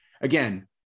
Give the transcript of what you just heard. again